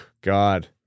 God